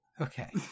Okay